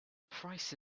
price